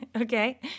okay